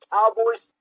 Cowboys